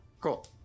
Cool